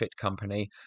company